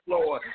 Lord